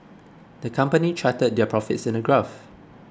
the company charted their profits in a graph